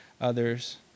others